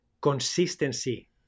Consistency